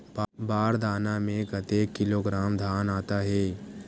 बार दाना में कतेक किलोग्राम धान आता हे?